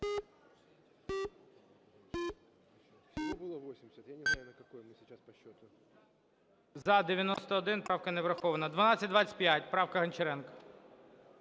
За-91 Правка не врахована. 1225, правка Гончаренка.